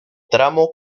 tramo